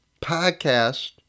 Podcast